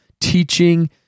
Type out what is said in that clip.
teaching